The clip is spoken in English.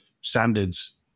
standards